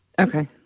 okay